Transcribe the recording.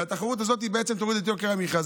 והתחרות הזאת בעצם תוריד את יוקר המחיה.